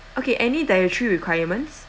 okay any dietary requirements